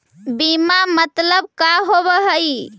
बीमा मतलब का होव हइ?